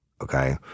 okay